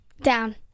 Down